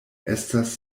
estas